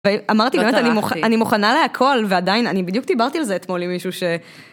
אמרתי, באמת, אני מוכנה להכל, ועדיין, אני בדיוק דיברתי על זה אתמול עם מישהו ש...